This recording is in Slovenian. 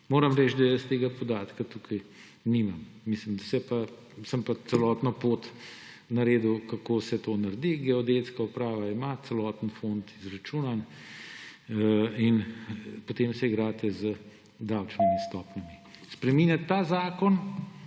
Moram reči, da jaz tega podatka tukaj nimam. Sem pa celotno pot naredil, kako se to naredi: Geodetska uprava ima celoten fond izračunan in potem se igrate z davčnimi stopnjami. Spreminjati ta zakon